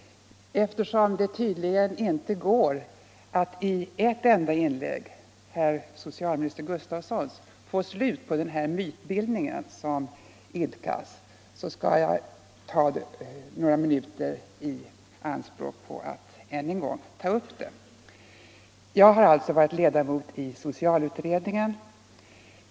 Eftersom det tydligen inte går att genom ett enda inlägg — socialminister Gustavssons — få slut på mytbildningen som idkas, skall jag ta några minuter i anspråk för att än en gång ta upp saken. Jag har alltså varit ledamot av:'socialutredningen.